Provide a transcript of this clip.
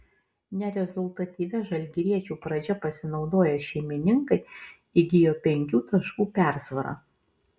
nerezultatyvia žalgiriečių pradžia pasinaudoję šeimininkai įgijo penkių taškų persvarą